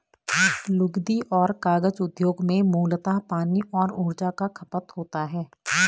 लुगदी और कागज उद्योग में मूलतः पानी और ऊर्जा का खपत होता है